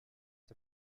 the